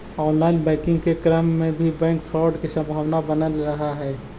online banking के क्रम में भी बैंक फ्रॉड के संभावना बनल रहऽ हइ